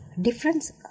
difference